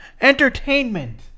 entertainment